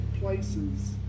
places